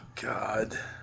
God